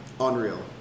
Unreal